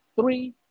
Three